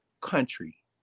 country